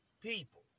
people